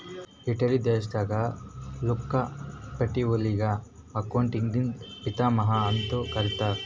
Italy ದೇಶದಾಗ್ Luca ಪಕಿಒಲಿಗ ಅಕೌಂಟಿಂಗ್ದು ಪಿತಾಮಹಾ ಅಂತ್ ಕರಿತ್ತಾರ್